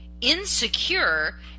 insecure